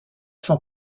sans